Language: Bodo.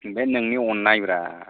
बे नोंनि अन्नायब्रा